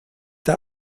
der